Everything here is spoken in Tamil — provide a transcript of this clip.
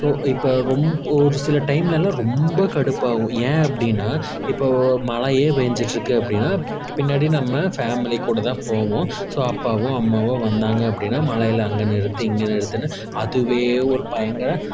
ஸோ இப்போ ரொம்ப ஒரு சில டைம்லெலாம் ரொம்ப கடுப்பாகும் ஏன் அப்படின்னா இப்போது மழையே பெஞ்சிட்ருக்கு அப்படின்னா பின்னாடி நம்ம ஃபேமிலி கூடதான் போவோம் ஸோ அப்பாவோ அம்மாவோ வந்தாங்க அப்படின்னா மழையில் அங்கே நிறுத்து இங்கே நிறுத்துன்னு அதுவே ஒரு பயங்கர